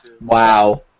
Wow